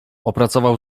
opracował